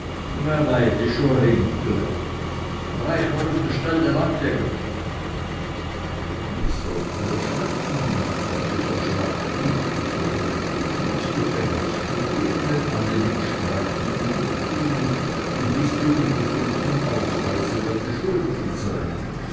stell dlandjäger ich sollte erschrecken aber ich erschrak nicht ich erbot mich ins gefängnis zu gehen wenn alle mitstreitenden mitgingen bis die untersuchung ausweise wer die schuldigen seien